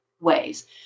ways